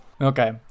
Okay